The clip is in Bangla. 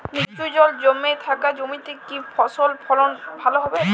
নিচু জল জমে থাকা জমিতে কি ফসল ফলন ভালো হবে?